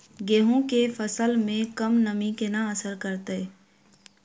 गेंहूँ केँ फसल मे कम नमी केना असर करतै?